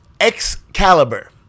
Excalibur